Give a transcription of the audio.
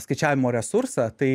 skaičiavimo resursą tai